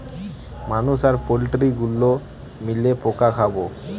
মানুষ আর পোল্ট্রি গুলো মিলে পোকা খাবো